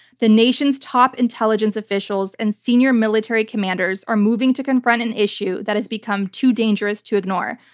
the nation's top intelligence officials and senior military commanders are moving to confront an issue that has become too dangerous to ignore.